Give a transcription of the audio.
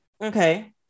Okay